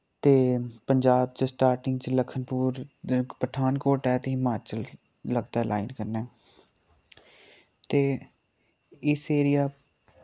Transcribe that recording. ते पंजाब च स्टार्टिंग च लखनपुर पठानकोट ऐ ते हिमाचल लगदा लाइन कन्नै ते इस एरिया